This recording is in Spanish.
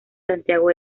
santiago